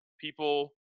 people